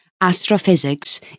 Astrophysics